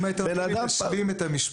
אם היית נותן לי להשלים את המשפט.